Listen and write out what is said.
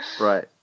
Right